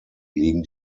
liegen